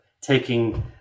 taking